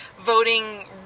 voting